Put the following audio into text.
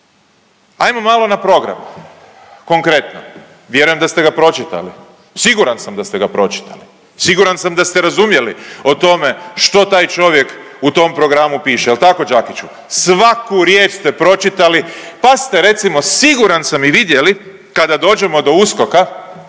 Ajmo malo na program konkretno, vjerujem da ste ga pročitali, siguran sam da ste ga pročitali, siguran sam da ste razumjeli o tome što taj čovjek u tom programu piše. Jel tako Đakiću? Svaku riječ ste pročitali, pa ste recimo siguran sam i vidjeli kada dođemo do USKOK-a